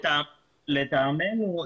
לטעמנו,